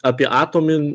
apie atomin